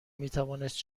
میتوانست